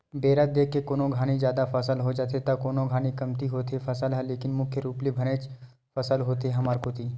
बेरा देख के कोनो घानी जादा फसल हो जाथे त कोनो घानी कमती होथे फसल ह लेकिन मुख्य रुप ले बनेच फसल होथे हमर कोती